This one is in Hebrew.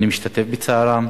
אני משתתף בצער עליהם.